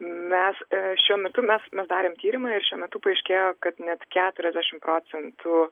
mes šiuo metu mes mes darėm tyrimą ir šiuo metu paaiškėjo kad net keturiasdešimt procentų